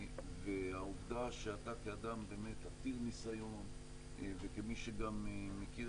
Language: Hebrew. והעובדה שאתה כאדם באמת עתיר ניסיון וכמי שגם מכיר